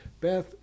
Beth